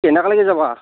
কেনেকলেকি যাবা